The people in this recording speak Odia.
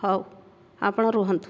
ହେଉ ଆପଣ ରୁହନ୍ତୁ